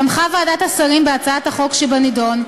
תמכה ועדת השרים בהצעת החוק שבנדון,